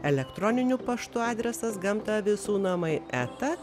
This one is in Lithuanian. elektroniniu paštu adresas gamta visų namai eta